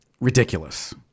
ridiculous